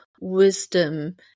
wisdom